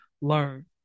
learn